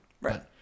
right